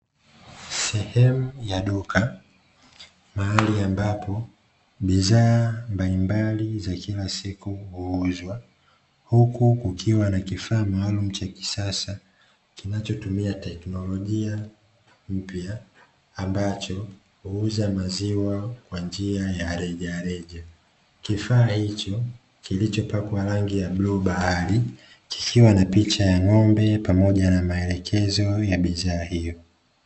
Sehemu ya duka mahali ambapo bidhaa mbailimbali za kila siku huuzwa, huku kukiwa na kifaa maalumu cha kisasa kinachotumia technolojia mpya ambacho huuza maziwa ya rejareja. kifaa hicho kilichopakwa rangi ya bluu bahari kikiwa na picha ya ngombe pamoja na maelekezo ya bidhaa hiyo .